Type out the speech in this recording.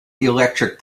electric